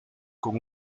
con